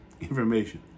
information